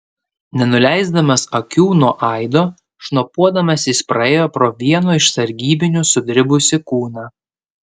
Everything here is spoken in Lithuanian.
nenuleisdamas akių nuo aido šnopuodamas jis praėjo pro vieno iš sargybinių sudribusį kūną